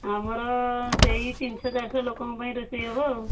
ଆମର ସେଇ ତିନିଶହ ଚାରିଶହ ଲୋକଙ୍କ ପାଇଁ ରୋଷେଇ ହେବ ଆଉ